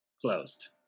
closed